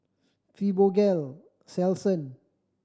Fibogel Selsun